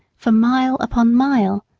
for mile upon mile.